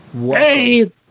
Hey